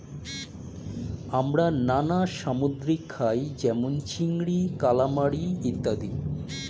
আমরা নানা সামুদ্রিক খাই যেমন চিংড়ি, কালামারী ইত্যাদি